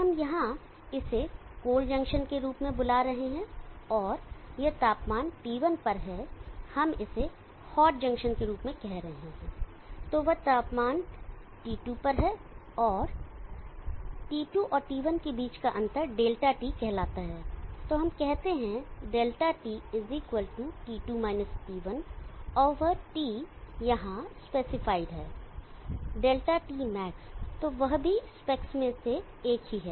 तो हम यहां इसे कोल्ड जंक्शन के रूप में बुला रहे हैं और यह तापमान T1 पर है हम इसे हॉट जंक्शन के रूप में कह रहे हैं और वह तापमान T2 पर है T2 और T1 के बीच का अंतर ∆T कहलाता है तो हम कहते हैं ∆TT2 T1 और वह T यहाँ स्पेसिफाइड है ∆Tmax तो वह भी स्पेक्स मे से एक ही है